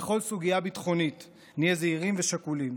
בכל סוגיה ביטחונית נהיה זהירים ושקולים,